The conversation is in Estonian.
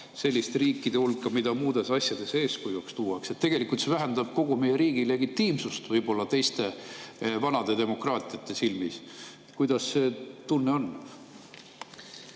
selliste riikide hulka, keda muudes asjades eeskujuks tuuakse. See võib-olla vähendab kogu meie riigi legitiimsust teiste riikide, vanade demokraatiate silmis. Kuidas see tunne on?